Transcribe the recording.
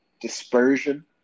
dispersion